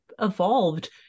evolved